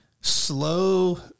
slow